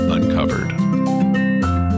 Uncovered